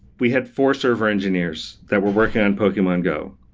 we had four server engineers that were working on pokemon go.